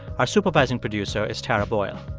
our supervising producer is tara boyle.